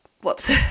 whoops